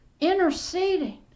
interceding